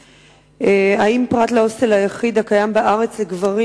2. האם פרט להוסטל היחיד הקיים בארץ לגברים